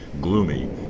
gloomy